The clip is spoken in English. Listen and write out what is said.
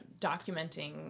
documenting